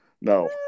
no